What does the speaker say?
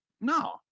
No